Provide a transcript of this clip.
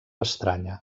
estranya